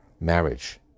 marriage